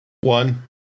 one